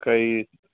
काही